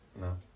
No